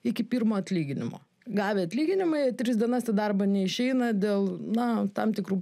iki pirmo atlyginimo gavę atlyginimą jie tris dienas į darbą neišeina dėl na tam tikrų